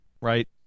right